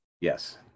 Yes